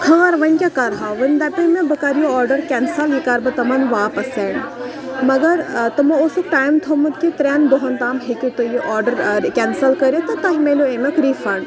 خٲر وَنۍ کیٛاہ کَرہو وَنۍ دَپے مےٚ بہٕ کَرٕ یہِ آرڈَر کٮ۪نسَل یہِ کَرٕ بہٕ تِمَن واپَس سٮ۪نٛڈ مگر تمو اوسُکھ ٹایم تھومُت کہِ ترٛٮ۪ن دۄہَن تام ہیٚکِو تُہۍ یہِ آرڈَر کٮ۪نسَل کٔرِتھ تہٕ تۄہہِ مِلیو اَمیُک رِفنٛڈ